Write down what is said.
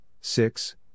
six